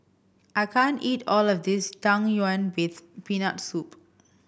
I can't eat all of this Tang Yuen with Peanut Soup